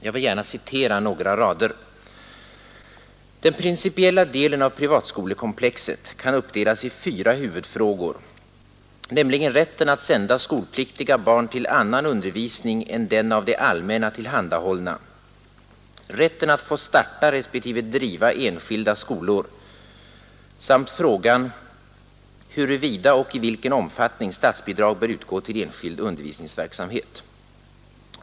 Jag vill gärna citera några rader: ”Den principiella delen av privatskolekomplexet kan uppdelas i fyra huvudfrågor, nämligen rätten att sända skolpliktiga barn till annan undervisning än den av det allmänna tillhandahållna, rätten att få starta respektive driva enskilda skolor samt frågan huruvida och i vilken omfattning statsbidrag bör utgå till enskild undervisningsverksamhet.